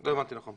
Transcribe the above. לא הבנתי נכון.